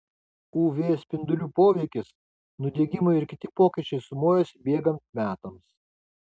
uv spindulių poveikis nudegimai ir kiti pokyčiai sumuojasi bėgant metams